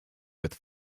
with